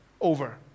over